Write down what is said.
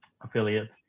affiliates